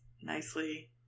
nicely